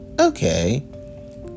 Okay